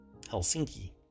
Helsinki